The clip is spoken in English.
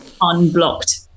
Unblocked